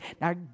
Now